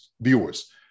viewers